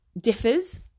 differs